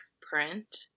print